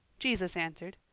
jesus answered,